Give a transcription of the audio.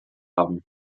haben